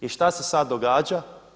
I što se sad događa?